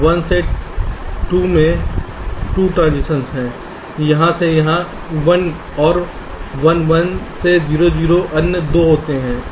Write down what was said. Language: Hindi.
1 से 2 में 2 ट्रांजिशंस होते हैं यहां से यहां पर 1 और 1 1 से 0 0 अन्य 2 होते हैं